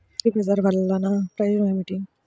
అగ్రిబజార్ వల్లన ప్రయోజనం ఏమిటీ?